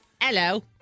Hello